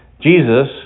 Jesus